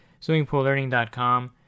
swimmingpoollearning.com